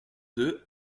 deux